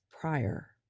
prior